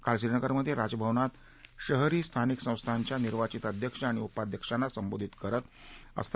काल श्रीनगर मध्ये राजभवनात शहरी स्थानिक संस्थांच्या निर्वाचित अध्यक्ष आणि उपाध्यक्षांना संबोधित करत होते